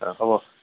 অঁ হ'ব